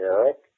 Eric